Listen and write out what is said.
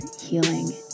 healing